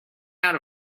out